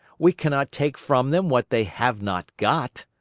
we cannot take from them what they have not got.